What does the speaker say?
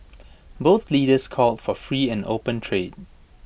both leaders called for free and open trade